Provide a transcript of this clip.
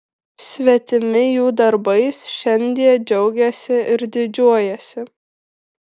svetimi jų darbais šiandie džiaugiasi ir didžiuojasi